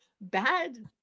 bad